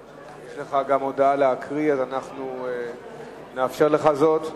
יש לך גם הודעה להקריא, אז אנחנו נאפשר לך זאת.